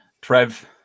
Trev